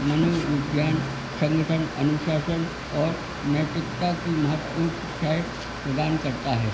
मनोविज्ञान संगठन अनुशासन और नैतिकता की महत्वपूर्ण शिक्षाएं प्रदान करता है